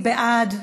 מי בעד?